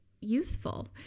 useful